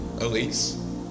Elise